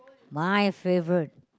my favourite